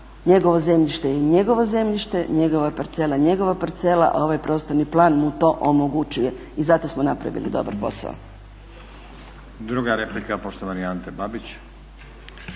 njegovo zemljište je njegovo zemljište, njega parcela njegova parcela a ovaj prostorni plan mu to omogućuje. I zato smo napravili dobar posao.